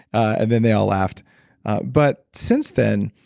and then they all laughed but since then.